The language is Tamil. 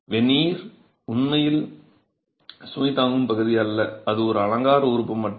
வெனீர் உண்மையில் சுமை தாங்கும் பகுதி அல்ல அது ஒரு அலங்கார உறுப்பு மட்டுமே